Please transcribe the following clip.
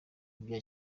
ibya